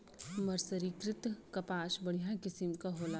मर्सरीकृत कपास बढ़िया किसिम क होला